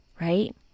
right